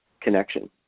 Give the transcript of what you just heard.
connection